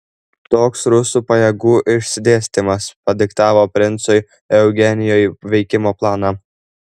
toks rusų pajėgų išsidėstymas padiktavo princui eugenijui veikimo planą